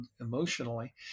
emotionally